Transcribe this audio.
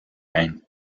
ein